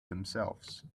themselves